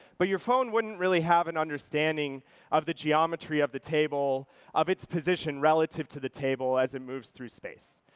but your phone wouldn't really have an understanding of the geometry of the table of its position relative to the table as it moves through space.